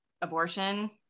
abortion